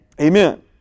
Amen